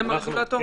אתם הרגולטור?